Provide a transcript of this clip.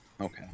okay